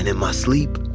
and my sleep,